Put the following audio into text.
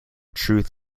truth